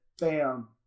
bam